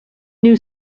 new